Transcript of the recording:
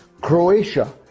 Croatia